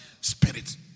spirit